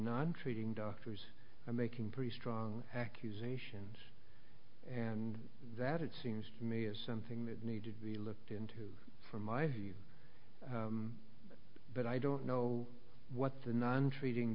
naga treating doctors are making pretty strong accusations and that it seems to me is something that needs to be looked into for my view but i don't know what the non treating